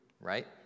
right